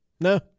no